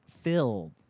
filled